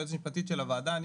היועצת המשפטית של הוועדה,